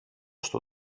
στο